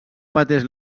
pateix